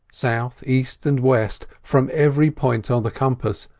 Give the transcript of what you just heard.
south, east, and west, from every point of the compass,